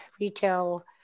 retail